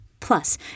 Plus